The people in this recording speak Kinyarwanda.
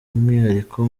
umwihariko